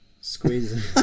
squeeze